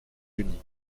unis